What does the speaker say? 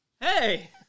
Hey